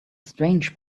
strange